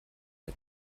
mit